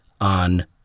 on